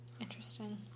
Interesting